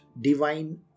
divine